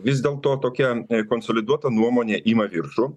vis dėl to tokia konsoliduota nuomonė ima viršų